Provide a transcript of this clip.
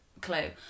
clue